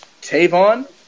Tavon